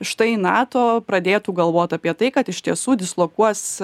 štai nato pradėtų galvot apie tai kad iš tiesų dislokuos